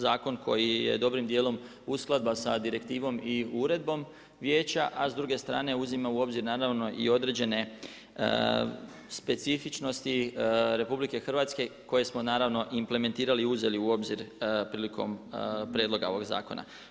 Zakon koji je dobrim dijelom usklada sa direktivnom i uredbom Vijeća, a s druge strane uzima u obzir i određene specifičnosti RH koje smo naravno i implementirali i uzeli u obzir prilikom prijedloga ovog zakona.